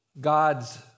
God's